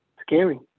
scary